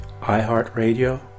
iHeartRadio